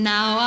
Now